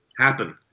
happen